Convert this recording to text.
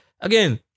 Again